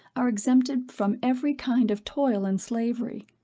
are exempted from every kind of toil and slavery.